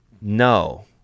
no